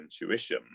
intuition